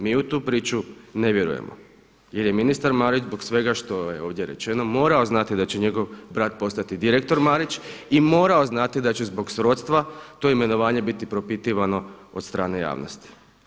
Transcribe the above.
Mi u tu priču ne vjerujemo jer je ministar Marić zbog svega što je ovdje rečeno morao znati da će njegov brat postati direktor Marić i morao znati da će zbog srodstva to imenovanje biti propitivano od strane javnosti.